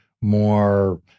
more